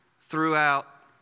throughout